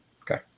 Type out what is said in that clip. Okay